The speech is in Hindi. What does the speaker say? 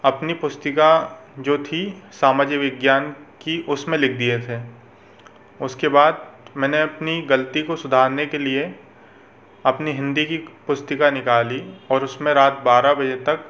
अपनी पुस्तिका जो थी सामाजिक विज्ञान की उसमें लिख दिए थे उसके बाद मैंने अपनी गलती को सुधारने के लिए अपनी हिन्दी की पुस्तिका निकाली और उसमें रात बारह बजे तक